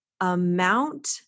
amount